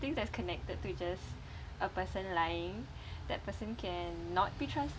things that's connected to just a person lying that person cannot be trust